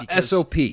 SOP